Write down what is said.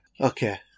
Okay